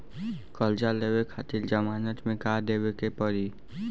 कर्जा लेवे खातिर जमानत मे का देवे के पड़ी?